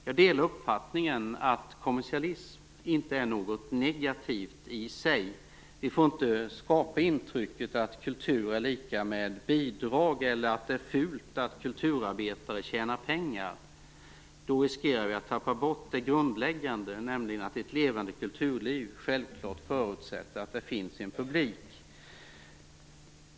Jag delar uppfattningen att kommersialism inte är något negativt i sig. Vi får inte skapa intrycket att kultur är lika med bidrag eller att det är fult att kulturarbetare tjänar pengar. Då riskerar vi att tappa bort det grundläggande, nämligen att ett levande kulturliv självklart förutsätter att det finns en publik.